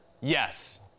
yes